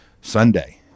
sunday